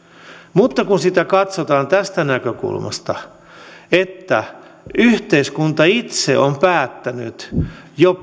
mutta kun sitä katsotaan tästä näkökulmasta että yhteiskunta itse on päättänyt jo